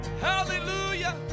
Hallelujah